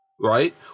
Right